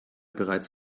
bereits